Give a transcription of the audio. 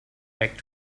back